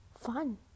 Fun